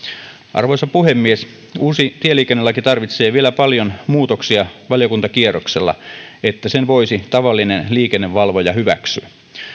arvoisa puhemies uusi tieliikennelaki tarvitsee vielä paljon muutoksia valiokuntakierroksella että sen voisi tavallinen liikennevalvoja hyväksyä